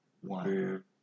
One